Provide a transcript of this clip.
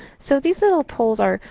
so these little polls are,